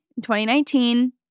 2019